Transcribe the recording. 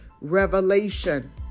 revelation